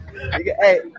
Hey